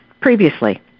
previously